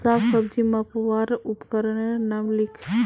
साग सब्जी मपवार उपकरनेर नाम लिख?